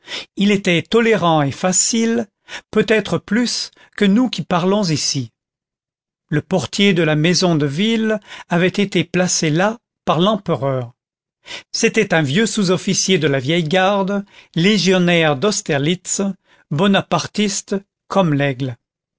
il était tolérant et facile peut-être plus que nous qui parlons ici le portier de la maison de ville avait été placé là par l'empereur c'était un vieux sous-officier de la vieille garde légionnaire d'austerlitz bonapartiste comme l'aigle